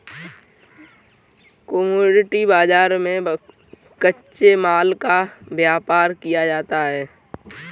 commodity बाजार में कच्चे माल का व्यापार किया जाता है